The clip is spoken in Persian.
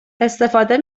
استفاده